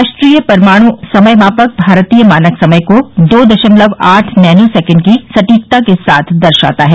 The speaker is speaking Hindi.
राष्ट्रीय परमाणु समय मापक भारतीय मानक समय को दो दशमलव आठ नैनो सेकंड की सटीकता के साथ दर्शाता है